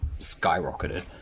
skyrocketed